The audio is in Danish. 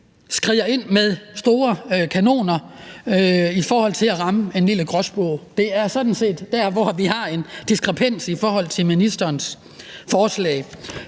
skrider ind med store kanoner i forhold til at ramme en lille gråspurv. Det er sådan set der, hvor vi har en diskrepans i forhold til ministerens forslag.